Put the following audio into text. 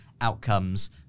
outcomes